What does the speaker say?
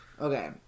Okay